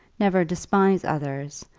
never despise others,